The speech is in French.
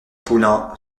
poulain